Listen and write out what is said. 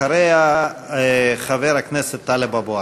אחריה, חבר הכנסת טלב אבו